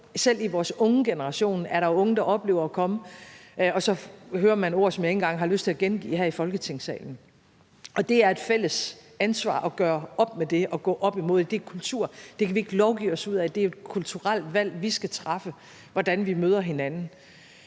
Selv hos vores unge generation hører man ord, som jeg ikke en gang har lyst til at gengive her i Folketingssalen, og det er et fælles ansvar at gøre op med det og gå op imod det. Det er en kultur. Det kan vi ikke lovgive os ud af. Det er et kulturelt valg, vi skal træffe, om, hvordan vi møder hinanden.